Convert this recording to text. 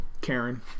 Karen